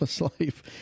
life